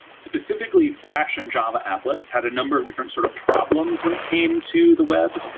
specifically flash and java applets had a number of different sort of problems when it came to the web,